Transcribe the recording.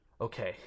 Okay